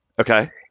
Okay